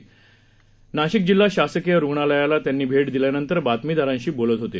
ते आज नाशिक जिल्हा शासकीय रुणालयाला त्यांनी भेट दिल्यानंतर बातमीदारांशी बोलत होते